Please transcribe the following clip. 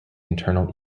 internal